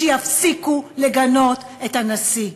שיפסיקו לגנות את הנשיא?